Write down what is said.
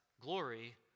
glory